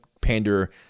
pander